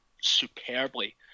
superbly